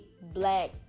black